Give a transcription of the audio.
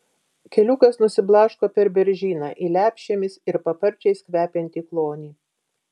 keliukas nusiblaško per beržyną į lepšėmis ir paparčiais kvepiantį klonį